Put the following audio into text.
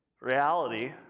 Reality